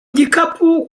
gikapu